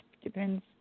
Depends